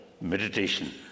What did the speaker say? meditation